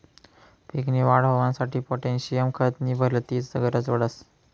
पीक नी वाढ होवांसाठी पोटॅशियम खत नी भलतीच गरज पडस